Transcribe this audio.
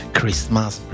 Christmas